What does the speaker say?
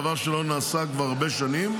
דבר שלא נעשה כבר הרבה שנים.